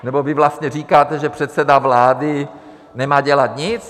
Nebo vy vlastně říkáte, že předseda vlády nemá dělat nic?